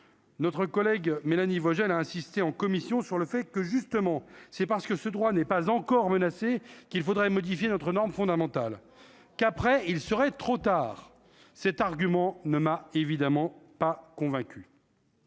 notre collègue Mélanie Vogel a insisté en commission sur le fait que justement c'est parce que ce droit n'est pas encore menacé qu'il faudrait modifier notre norme fondamentale qu'après il serait trop tard, cet argument ne m'a évidemment pas convaincue.